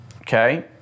okay